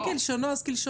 אמרנו אם כלשונו אז כלשונו.